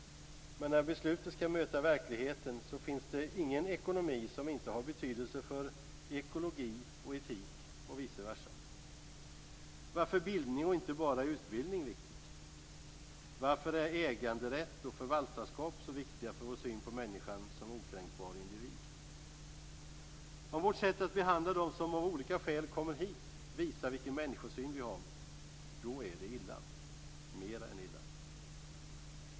Men när beslutet skall möta verkligheten finns det ingen ekonomi som inte har betydelse för ekologi och etik och vise versa. Varför är bildning och inte bara utbildning viktig? Varför är äganderätt och förvaltarskap så viktiga för vår syn på människan som okränkbar individ? Om vårt sätt att behandla dem som av olika skäl kommer hit visar vilken människosyn vi har är det illa, mer än illa.